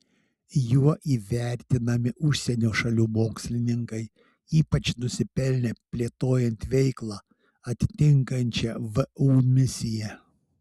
juo įvertinami užsienio šalių mokslininkai ypač nusipelnę plėtojant veiklą atitinkančią vu misiją